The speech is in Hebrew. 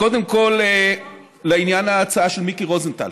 קודם כול, לעניין ההצעה של מיקי רוזנטל.